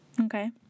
okay